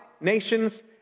nations